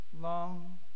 long